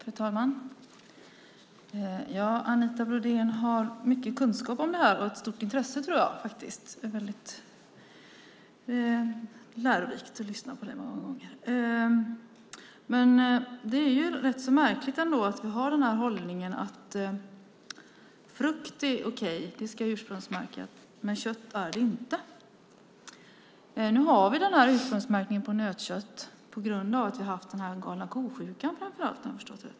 Fru talman! Anita Brodén har mycket kunskap om detta och ett stort intresse. Det är väldigt lärorikt att lyssna på henne. Det är rätt så märkligt att alliansen har hållningen att frukt ska ursprungsmärkas, men inte kött. Nu har vi ursprungsmärkningen på nötkött framför allt på grund av galna ko-sjukan, om jag har förstått rätt.